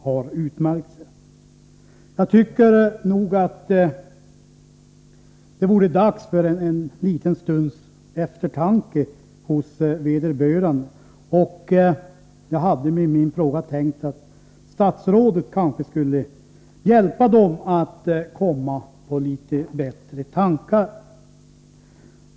För vederbörande i domänverket tycker jag nog att det vore dags för en liten stunds eftertanke, och jag hade med min fråga tänkt att statsrådet kanske skulle kunna hjälpa domänverket att komma på litet bättre tankar.